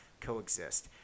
coexist